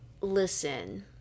Listen